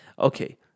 okay